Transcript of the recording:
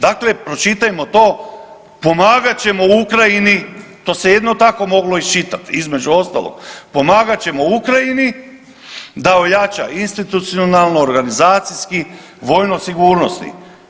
Dakle, pročitajmo to, pomagat ćemo Ukrajini to se jedino tako moglo iščitat između ostalog, pomagat ćemo Ukrajini da ojača institucionalno, organizacijski, vojno sigurnosti.